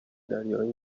دریای